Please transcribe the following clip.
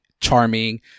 charming